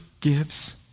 gives